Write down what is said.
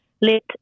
let